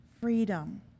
freedom